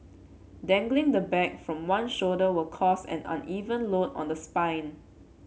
dangling the bag from one shoulder will cause an uneven load on the spine